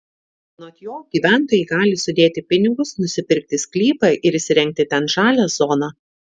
anot jo gyventojai gali sudėti pinigus nusipirkti sklypą ir įsirengti ten žalią zoną